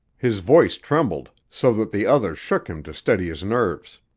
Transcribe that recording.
his voice trembled so that the other shook him to steady his nerves.